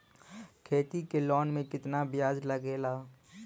खेती के लोन में कितना ब्याज लगेला?